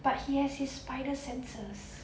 but he has his spider senses